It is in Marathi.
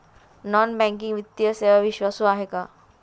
नॉन बँकिंग वित्तीय सेवा विश्वासू आहेत का?